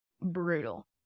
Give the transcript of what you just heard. brutal